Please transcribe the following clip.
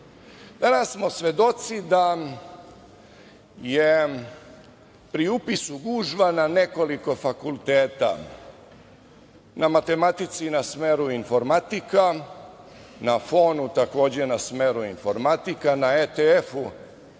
Danas smo svedoci da je pri upisu gužva na nekoliko fakulteta: na matematici na smeru informatika, na FON-u takođe na smeru informatika, na ETF-u